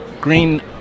Green